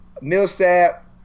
Millsap